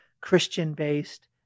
Christian-based